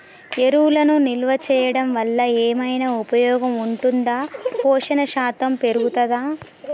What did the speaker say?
ఎరువులను నిల్వ చేయడం వల్ల ఏమైనా ఉపయోగం ఉంటుందా పోషణ శాతం పెరుగుతదా?